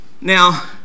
now